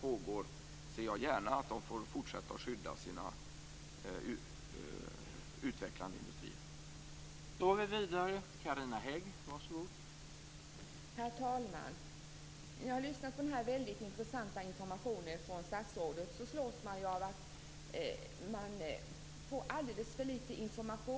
Jag ser gärna att de får fortsätta att skydda sina utvecklande industrier under den tid detta pågår.